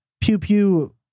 pew-pew